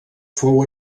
fou